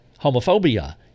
homophobia